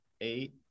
eight